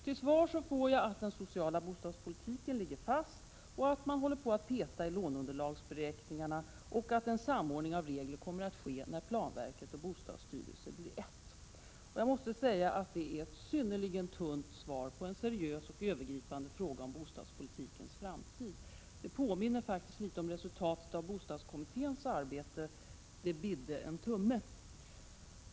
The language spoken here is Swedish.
Till svar får jag att den sociala bostadspolitiken ligger fast och att man håller på att peta i låneunderlagsberäkningarna och att en samordning av reglerna kommer att ske när planverket och bostadsstyrelsen blir ett. Jag måste säga att det är ett synnerligen tunt svar på en seriös och övergripande fråga om bostadspolitikens framtid. Det påminner faktiskt litet om resultatet av bostadskommitténs arbete — det bidde en tumme.